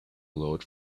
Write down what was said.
glowed